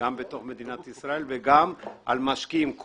בתוך מדינת ישראל על משקיעים מחו"ל,